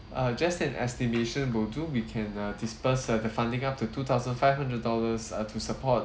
err just an estimation will do we can uh disburse uh the funding up to two thousand five hundred dollars uh to support